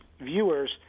viewers